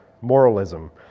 moralism